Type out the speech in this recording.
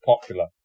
popular